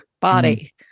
body